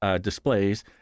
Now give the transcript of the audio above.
displays